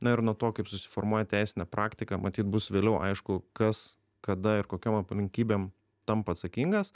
na ir nuo to kaip susiformuoja teisinė praktika matyt bus vėliau aišku kas kada ir kokiom aplinkybėm tampa atsakingas